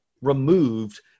removed